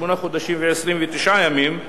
שמונה חודשים ו-29 ימים,